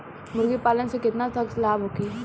मुर्गी पालन से केतना तक लाभ होखे?